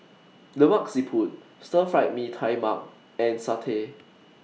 Lemak Siput Stir Fry Mee Tai Mak and Satay